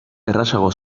errazago